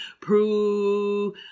prove